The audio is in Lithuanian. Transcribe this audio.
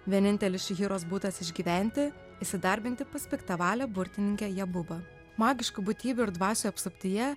vienintelis šihiros būdas išgyventi įsidarbinti pas piktavalę burtininkę jabubą magiškų būtybių ir dvasių apsuptyje